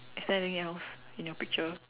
is there anything else in your picture